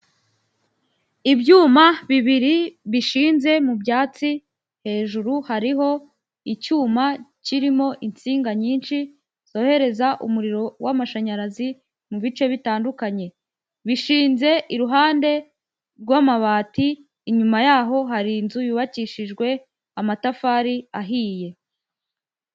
Ibyuma bibiri bishinze mu byatsi, hejuru hariho icyuma kirimo insinga nyinshi zohereza umuriro w'amashanyarazi mu bice bitandukanye. Bishinze iruhande rw'amabati, inyuma yaho hari inzu yubakishijwe amatafari ahiye.